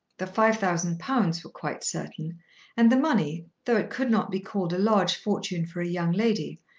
the five thousand pounds were quite certain and the money, though it could not be called a large fortune for a young lady,